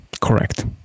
Correct